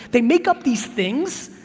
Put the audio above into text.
they make up these things,